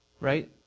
Right